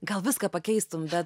gal viską pakeistum bet